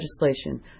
legislation